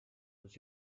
aux